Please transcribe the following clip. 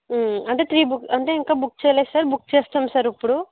అంటే three book అంటే ఇంకా బుక్ చేయలేదు సార్ బుక్ చేస్తం సార్ ఇప్పుడు